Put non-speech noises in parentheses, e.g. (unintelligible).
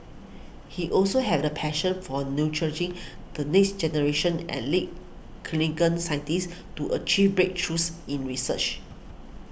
he also had a passion for nurturing the next generation and lead clean (unintelligible) scientists to achieve breakthroughs in research